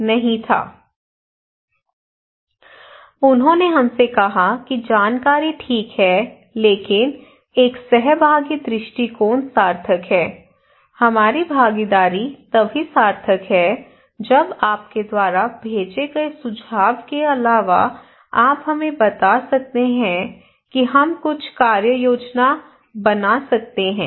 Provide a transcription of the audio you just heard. तो उन्होंने हमसे कहा कि जानकारी ठीक है लेकिन एक सहभागी दृष्टिकोण सार्थक है हमारी भागीदारी तभी सार्थक है जब आपके द्वारा भेजे गए सुझाव के अलावा आप हमें बता सकते हैं कि हम कुछ कार्य योजना बना सकते हैं